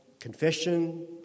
confession